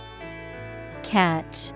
Catch